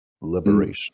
liberation